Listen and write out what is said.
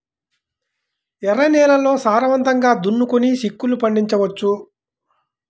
ఎర్ర నేలల్లో సారవంతంగా దున్నుకొని చిక్కుళ్ళు పండించవచ్చు